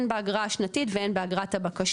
הן באגרה השתנית והן באגרת הבקשה.